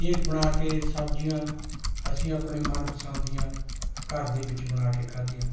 ਇਹ ਬਣਾ ਕੇ ਸਬਜ਼ੀਆਂ ਅਸੀਂ ਆਪਣੇ ਮਨ ਪਸੰਦ ਦੀਆਂ ਘਰ ਦੇ ਵਿੱਚ ਬਣਾ ਕੇ ਖਾਧੀਆਂ